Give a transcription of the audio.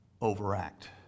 overact